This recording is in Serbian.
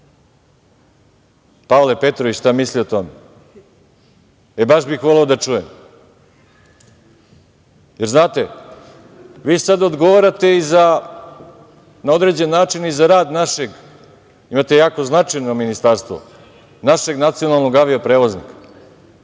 Pavle Petrović šta misli o tome, baš bih voleo da čujem? Znate, vi sad odgovarate na određen način i za rad našeg, imate jako značajno ministarstvo, našeg nacionalnog avio-prevoznika,